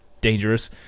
dangerous